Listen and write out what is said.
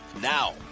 now